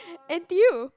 N_T_U